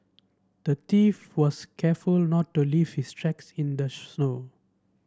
the thief was careful not to leave his tracks in the snow